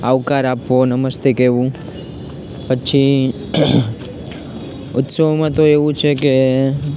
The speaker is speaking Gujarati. આવકાર આપવો નમસ્તે કહેવું પછી ઊત્સવોમાં તો એવું છે કે